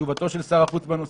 תשובתו של שר החוץ בנושא.